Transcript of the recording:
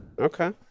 Okay